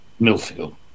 Millfield